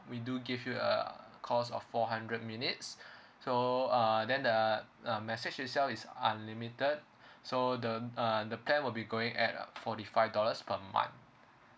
we do give you uh calls of four hundred minutes so uh then the uh message itself is unlimited so the uh the plan will be going at forty five dollars per month